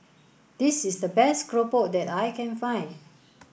this is the best Keropok that I can find